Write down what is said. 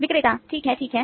विक्रेता ठीक है ठीक है